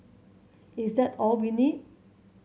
is that all we need